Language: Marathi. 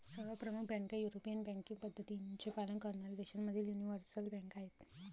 सर्व प्रमुख बँका युरोपियन बँकिंग पद्धतींचे पालन करणाऱ्या देशांमधील यूनिवर्सल बँका आहेत